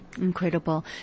Incredible